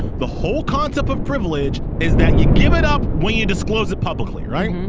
the whole concept of privilege is that you give it up when you disclose it publicly. right.